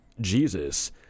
jesus